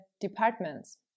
departments